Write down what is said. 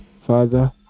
Father